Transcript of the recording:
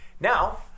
Now